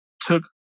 took